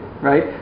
right